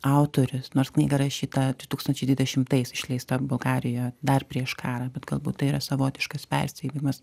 autorius nors knyga rašyta du tūkstančiai dvidešimtais išleista bulgarijoje dar prieš karą bet galbūt tai yra savotiškas perspėvimas